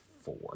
four